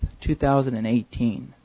2018